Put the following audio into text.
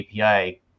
API